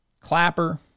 Clapper